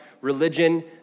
religion